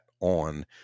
on